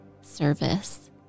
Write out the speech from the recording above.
service